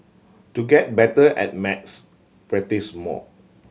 to get better at maths practise more